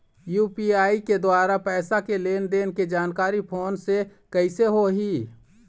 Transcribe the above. UPI के द्वारा पैसा के लेन देन के जानकारी फोन से कइसे होही?